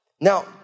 Now